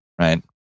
right